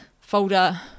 folder